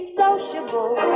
sociable